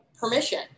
permission